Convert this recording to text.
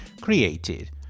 created